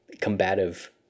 combative